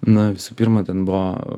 na visų pirma ten buvo